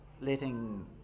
letting